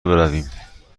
برویم